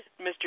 Mr